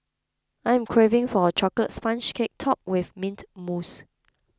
I am craving for a Chocolate Sponge Cake Topped with Mint Mousse